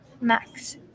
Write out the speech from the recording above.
Max